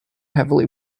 heavily